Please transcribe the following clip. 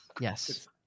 Yes